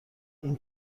این